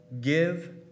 give